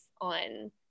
on